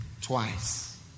twice